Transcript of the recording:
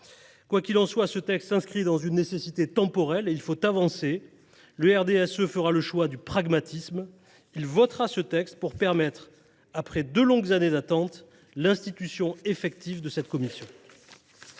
état de cause, ce texte s’inscrit dans une nécessité temporelle et il faut avancer. Le RDSE fera le choix du pragmatisme : ses membres voteront pour ce texte afin de permettre, après deux longues années d’attente, l’institution effective de cette commission.